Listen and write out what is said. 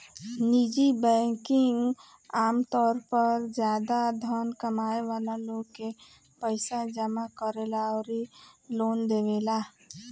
निजी बैंकिंग आमतौर पर ज्यादा धन कमाए वाला लोग के पईसा जामा करेला अउरी लोन देवेला